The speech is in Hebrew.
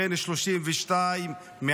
בן 32 מעזה: